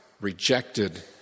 rejected